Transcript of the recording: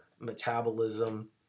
metabolism